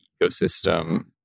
ecosystem